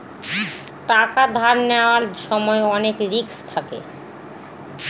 টাকা ধার নেওয়ার সময় অনেক রিস্ক থাকে